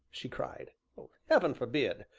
she cried. heaven forbid!